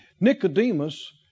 Nicodemus